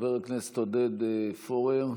חבר הכנסת עודד פורר,